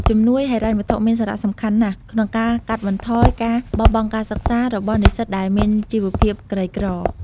ជំនួយហិរញ្ញវត្ថុមានសារៈសំខាន់ណាស់ ក្នុងការកាត់បន្ថយការបោះបង់ការសិក្សារ របស់និស្សិតដែលមានជីវៈភាពក្រីក្រ។